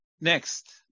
Next